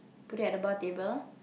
put it at the bar table